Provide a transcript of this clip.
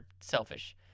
selfish